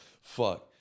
fuck